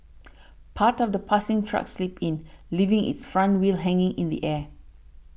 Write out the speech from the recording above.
part of the passing truck slipped in leaving its front wheels hanging in the air